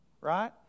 Right